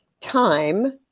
time